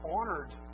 honored